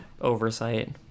Oversight